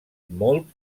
molt